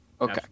Okay